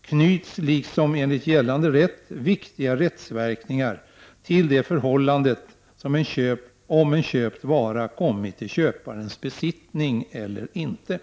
knyts liksom enligt gällande rätt viktiga rättsverkningar till det förhållandet om en köpt vara kommit i köparens besittning eller inte.